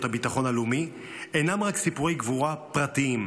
הביטחון הלאומי אינם רק סיפורי גבורה פרטיים,